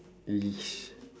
!ee!